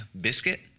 biscuit